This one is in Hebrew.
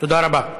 תודה רבה.